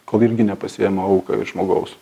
kol irgi nepasiima auką iš žmogaus